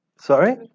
sorry